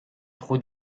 trop